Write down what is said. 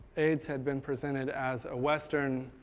aids had been presented as a western